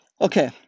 Okay